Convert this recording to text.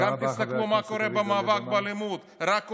רק תסתכלו מה קורה במאבק באלימות, היא רק עולה.